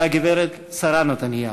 והגברת שרה נתניהו,